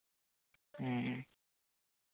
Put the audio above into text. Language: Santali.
ᱦᱮᱸ